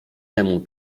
temu